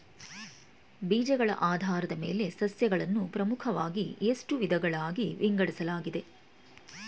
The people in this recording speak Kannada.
ಬೀಜಗಳ ಆಧಾರದ ಮೇಲೆ ಸಸ್ಯಗಳನ್ನು ಪ್ರಮುಖವಾಗಿ ಎಷ್ಟು ವಿಧಗಳಾಗಿ ವಿಂಗಡಿಸಲಾಗಿದೆ?